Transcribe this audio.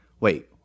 wait